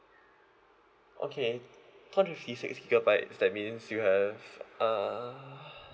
okay two hundred and fifty six gigabytes that means you have uh